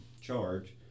charge